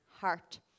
heart